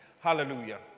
Hallelujah